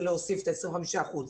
להוסיף את ה-25 אחוזים,